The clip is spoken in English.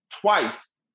twice